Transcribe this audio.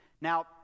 Now